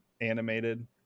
animated